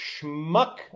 schmuck